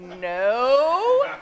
No